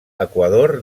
equador